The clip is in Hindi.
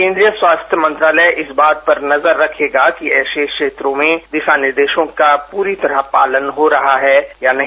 केन्द्रीय स्वास्थ्य मंत्रालय इस बात पर नजर रखेगा कि ऐसे क्षेत्रों में दिशा निर्देशों का पूरी तरह पालन हो रहा है या नहीं